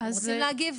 אתם רוצים להגיב?